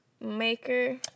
maker